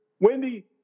Wendy